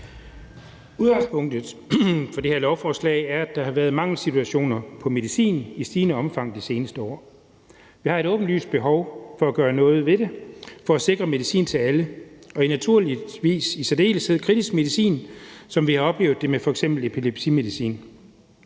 Udgangspunktet for det her lovforslag er, at der i stigende omfang har været mangel på medicin det seneste år. Vi har et åbenlyst behov for at gøre noget ved det for at sikre medicin til alle og naturligvis i særdeleshed kritisk medicin som f.eks. epilepsimedicin.